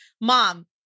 mom